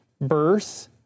birth